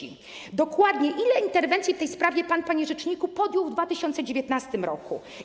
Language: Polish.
Ile dokładnie interwencji w tej sprawie pan, panie rzeczniku, podjął w 2019 r.